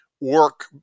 Work